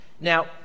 Now